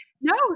No